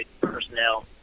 Personnel